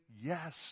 yes